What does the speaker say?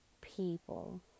people